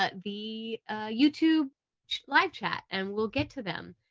ah the youtube live chat and we'll get to them.